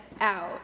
out